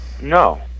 No